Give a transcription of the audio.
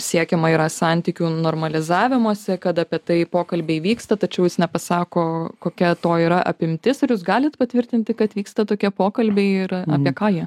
siekiama yra santykių normalizavimosi kad apie tai pokalbiai vyksta tačiau jis nepasako kokia to yra apimtis ir jūs galit patvirtinti kad vyksta tokie pokalbiai ir apie ką jie